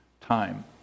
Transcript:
time